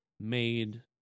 made